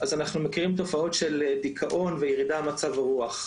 אז אנחנו מכירים תופעות של דיכאון וירידה במצב הרוח.